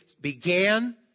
began